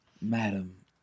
Madam